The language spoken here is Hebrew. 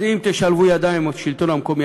אז אם תשלבו ידיים עם השלטון המקומי,